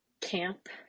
camp